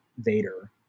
Vader